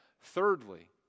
Thirdly